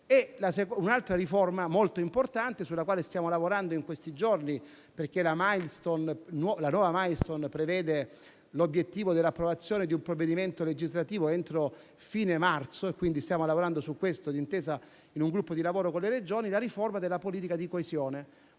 Un'altra riforma molto importante sulla quale stiamo lavorando in questi giorni, perché la nuova *milestone* prevede l'obiettivo dell'approvazione di un provvedimento legislativo entro fine marzo (quindi stiamo lavorando su questo in un gruppo di lavoro con le Regioni), è quella della politica di coesione.